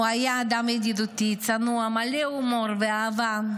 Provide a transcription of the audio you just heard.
הוא היה אדם ידידותי, צנוע, מלא הומור ואהבה.